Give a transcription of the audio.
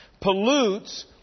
pollutes